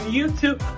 YouTube